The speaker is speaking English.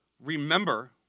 remember